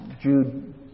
Jude